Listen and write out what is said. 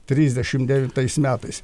trisdešim devintais metais